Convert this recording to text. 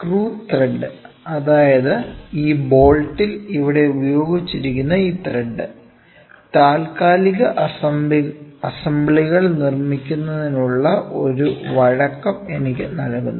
screw thread അതാണ് ഈ ബോൾട്ടിൽ ഇവിടെ ഉപയോഗിച്ചിരിക്കുന്ന ഈ ത്രെഡ് താൽക്കാലിക അസംബ്ലികൾ നിർമ്മിക്കുന്നതിനുള്ള ഒരു വഴക്കം എനിക്ക് നൽകുന്നു